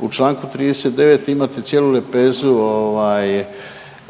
u čl. 39 imate cijelu lepezu ovaj